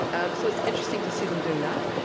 so it's interesting to see them doing that.